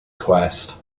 quest